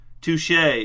Touche